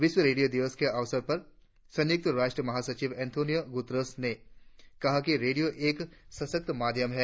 विश्व रेडियों दिवस के अवसर पर संयुक्त राष्ट्र महासचिव अंतोनियों गुतेरस ने कहा कि रेडियो एक सशक्त माध्यम है